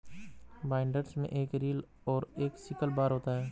binders में एक reel और एक सिकल बार होता है